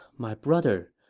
my brother,